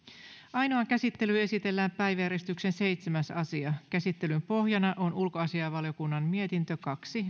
ainoaan käsittelyyn esitellään päiväjärjestyksen seitsemäs asia käsittelyn pohjana on ulkoasiainvaliokunnan mietintö kaksi